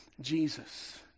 Jesus